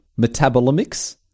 Metabolomics